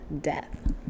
death